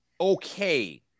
okay